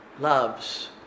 loves